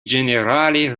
ĝenerale